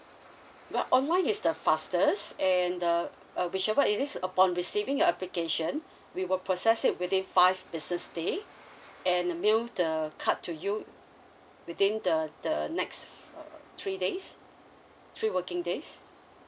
well online is the fastest and the uh whichever it is upon receiving your application we will process it within five business day and uh mail the card to you within the the next uh three days three working days